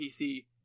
PC